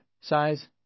size